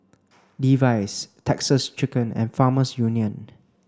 Levi's Texas Chicken and Farmers Union